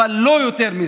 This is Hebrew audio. אבל לא יותר מזה.